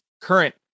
current